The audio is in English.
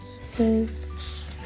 says